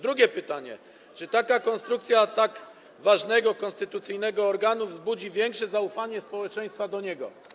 Drugie pytanie: Czy taka konstrukcja tak ważnego konstytucyjnego organu wzbudzi większe zaufanie społeczeństwa do niego?